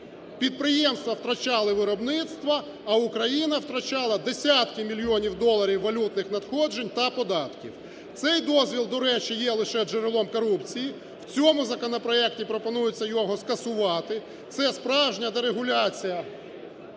Підприємства втрачали виробництво. А Україна втрачала десятки мільйонів доларів валютних надходжень та податків. Цей дозвіл, до речі, є лише джерелом корупції. В цьому законопроекті пропонується його скасувати. Це справжня дерегуляція,